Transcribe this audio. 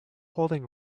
holding